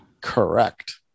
Correct